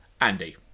Andy